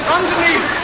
Underneath